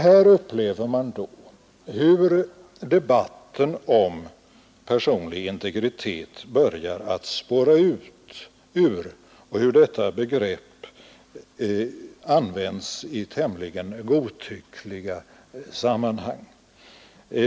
Här upplever vi hur debatten om personlig integritet börjar spåra ur och hur detta begrepp används i tämligen godtyckliga sammanhang.